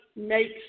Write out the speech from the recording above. makes